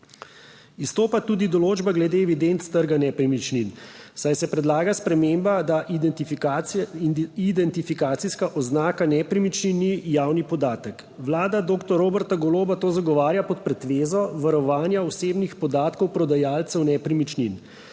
Izstopa tudi določba glede evidenc s trga nepremičnin, saj se predlaga sprememba, da identifikacijska oznaka nepremičnin ni javni podatek. Vlada doktor Roberta Goloba to zagovarja pod pretvezo varovanja osebnih podatkov prodajalcev nepremičnin,